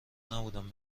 نبودم